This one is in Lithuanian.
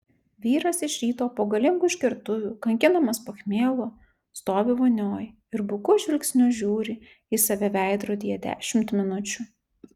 vyras iš ryto po galingų išgertuvių kankinamas pachmielo stovi vonioj ir buku žvilgsniu žiūri į save veidrodyje dešimt minučių